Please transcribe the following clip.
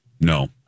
No